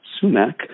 Sumac